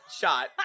Shot